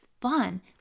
fun